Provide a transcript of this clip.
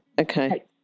okay